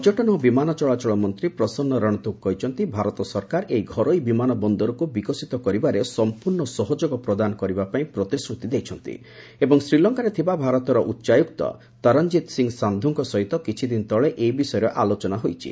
ପର୍ଯ୍ୟଟନ ଓ ବିମାନ ଚଳାଚଳ ମନ୍ତ୍ରୀ ପ୍ରସନ୍ନ ରଣତୁଙ୍ଗ କହିଛନ୍ତି ଭାରତ ସରକାର ଏହି ଘରୋଇ ବିମାନ ବନ୍ଦରକୁ ବିକଶିତ କରିବାରେ ସମ୍ପର୍ଣ୍ଣ ସହଯୋଗ ପ୍ରଦାନ କରିବା ପାଇଁ ପ୍ରତିଶ୍ରୁତି ଦେଇଛନ୍ତି ଏବଂ ଶ୍ରୀଲଙ୍କାରେ ଥିବା ଭାରତର ଉଚ୍ଚାୟୁକ୍ତ ତରନଜିତ୍ ସିଂହ ସାନ୍ଧୁଙ୍କ ସହିତ କିଛିଦିନ ତଳେ ଏ ବିଷୟରେ ଆଲୋଚନା ହୋଇଛି